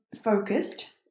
focused